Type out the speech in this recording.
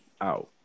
out